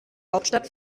hauptstadt